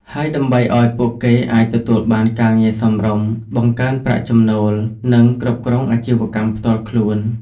ហើយដើម្បីឱ្យពួកគេអាចទទួលបានការងារសមរម្យ បង្កើនប្រាក់ចំណូល និងគ្រប់គ្រងអាជីវកម្មផ្ទាល់ខ្លួន។